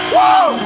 Whoa